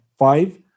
five